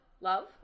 love